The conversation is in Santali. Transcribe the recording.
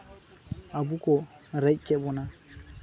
ᱟᱵᱚ ᱠᱚ ᱨᱮᱡ ᱠᱮᱫ ᱵᱚᱱᱟ